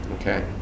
Okay